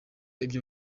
ibyo